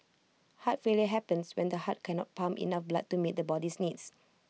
heart failure happens when the heart can not pump enough blood to meet the body's needs